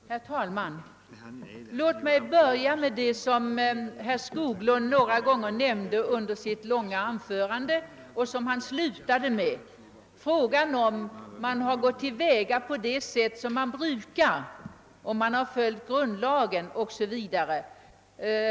Herr talman! Låt mig börja med det, som herr Skoglund några gånger nämnde under sitt långa anförande och som han slutade med, nämligen frågan om vi har gått till väga på det sätt som är brukligt, om grundlagen har följts o.s.v.